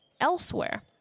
elsewhere